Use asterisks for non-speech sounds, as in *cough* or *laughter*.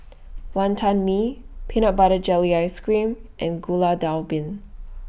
*noise* Wonton Mee Peanut Butter Jelly Ice Cream and Gulai Daun Ubi